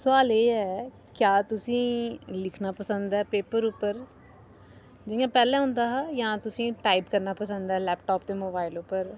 सुआल एह् ऐ क्या तुसेंगी लिखना पसंद ऐ पेपर उप्पर जियां पैह्लें होंदा हा जां तुसेंगी टाइप करना पंसद ऐ लैपटाप ते मोबाइल उप्पर